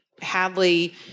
Hadley